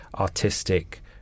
artistic